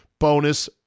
Bonus